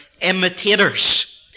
imitators